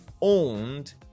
owned